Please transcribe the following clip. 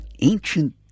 ancient